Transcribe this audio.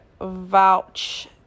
vouch